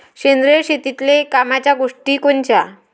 सेंद्रिय शेतीतले कामाच्या गोष्टी कोनच्या?